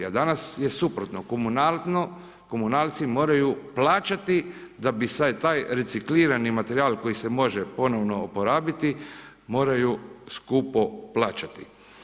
A danas je suprotno, komunalci moraju plaćati da bi se taj reciklirani materijal koji se može ponovno oporabiti, moraju skupo plaćati.